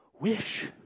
wish